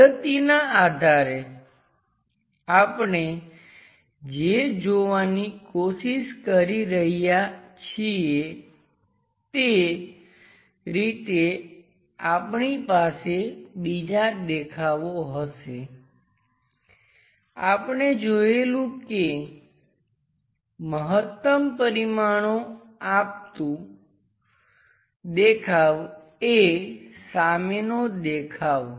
પદ્ધતિના આધારે આપણે જે જોવાની કોશિશ કરી રહ્યા છીએ તે રીતે આપણી પાસે બીજાં દેખાવો હશે આપણે જોયેલું કે મહત્તમ પરિમાણો આપતું દેખાવ એ સામેનો દેખાવ